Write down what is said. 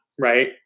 right